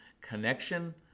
Connection